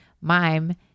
mime